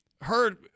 heard